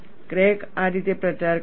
crack આ રીતે પ્રચાર કરશે